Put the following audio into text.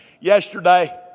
Yesterday